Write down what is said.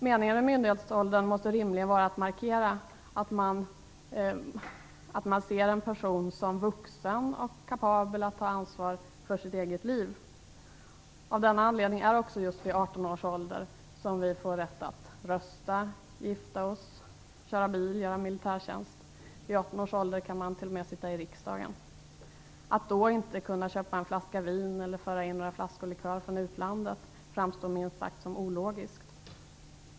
Meningen med myndighetsåldern måste rimligen vara att markera att en person anses som vuxen och kapabel att ta ansvar för sitt eget liv. Av denna anledning är det också just vid 18 års ålder som vi får rätt att rösta, gifta oss, köra bil och göra militärtjänst. Vid 18 års ålder kan man t.o.m. sitta i riksdagen. Att då inte kunna köpa en flaska vin eller föra in några flaskor likör från utlandet framstår minst sagt som ologiskt.